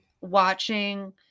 watching